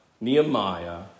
Nehemiah